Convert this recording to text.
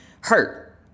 hurt